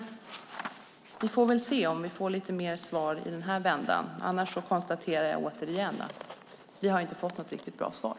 Vi får väl se om vi får lite mer svar i nästa vända. Annars konstaterar jag att vi inte fått något riktigt bra svar.